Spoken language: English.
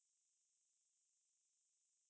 B R O C H U R E